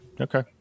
Okay